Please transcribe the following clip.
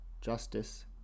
justice